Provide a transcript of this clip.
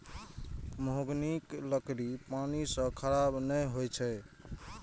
महोगनीक लकड़ी पानि सं खराब नै होइ छै